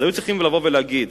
היו צריכים לבוא ולהגיד